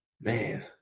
Man